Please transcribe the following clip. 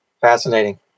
Fascinating